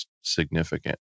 significant